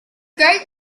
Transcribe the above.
great